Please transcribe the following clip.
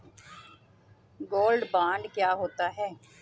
Gold bond क्या होता है?